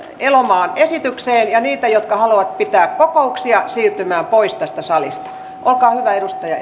elomaan esitykseen ja niitä jotka haluavat pitää kokouksia siirtymään pois tästä salista olkaa hyvä edustaja